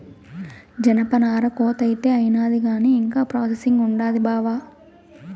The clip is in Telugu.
జనపనార కోత అయితే అయినాది కానీ ఇంకా ప్రాసెసింగ్ ఉండాది బావా